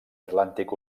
atlàntic